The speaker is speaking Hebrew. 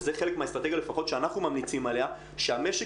וזה חלק מהאסטרטגיה לפחות שאנחנו ממליצים עליה - שהמשק